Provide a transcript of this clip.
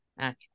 Okay